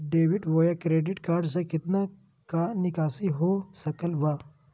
Debit बोया credit card से कितना का निकासी हो सकल बा?